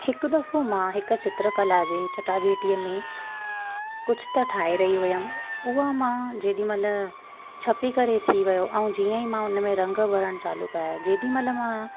हिकु दफ़ो मां हिकु चित्रकला जे चटाभेटीअ में कुझु त ठाहे रही हुअमि उहा मां जेॾहिं महिल छ्पी करे थी वियो ऐं जीअं ई मां हुन में रंग भरणु चालू कया जेॾहिं महिल मां